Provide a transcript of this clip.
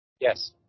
Yes